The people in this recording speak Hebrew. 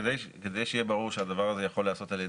כדי שיהיה ברור שהדבר הזה יכול להיעשות על ידי,